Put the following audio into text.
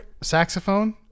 Saxophone